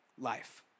life